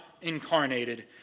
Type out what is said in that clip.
incarnated